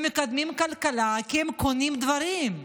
הם מקדמים כלכלה, כי הם קונים דברים.